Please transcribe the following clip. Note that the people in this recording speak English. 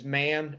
man